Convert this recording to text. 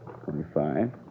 Twenty-five